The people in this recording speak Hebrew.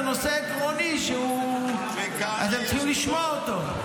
זה נושא עקרוני שאתם צריכים לשמוע אותו.